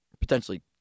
potentially